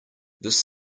this